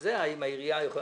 האם העירייה יכולה,